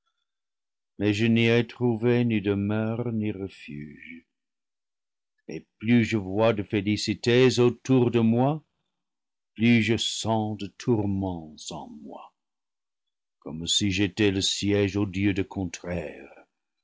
mais je n'y ai trouvé ni demeure ni refuge et plus je vois de félicités autour de moi plus je sens de tourments en moi comme si j'étais le siége odieux des contraires